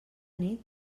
nit